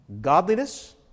Godliness